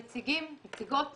מהנציגים והנציגים הרפואיים.